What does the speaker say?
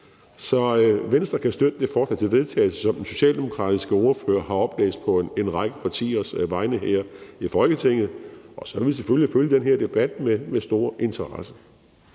Så Venstre kan støtte det forslag til vedtagelse, som den socialdemokratiske ordfører har læst op på en række partiers vegne her i Folketinget, og så vil vi selvfølgelig følge den her debat med stor interesse.